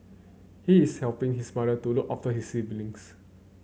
he is helping his mother to look after his siblings